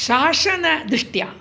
शासनदृष्ट्या